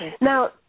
Now